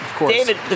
David